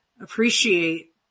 appreciate